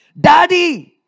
Daddy